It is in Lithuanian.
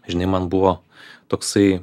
žinai man buvo toksai